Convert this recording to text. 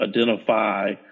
identify